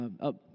up